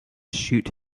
shoot